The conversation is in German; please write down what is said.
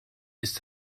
ist